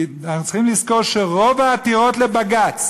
כי אנחנו צריכים לזכור שרוב העתירות לבג"ץ